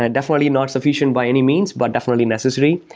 ah definitely not sufficient by any means, but definitely necessary.